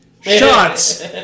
Shots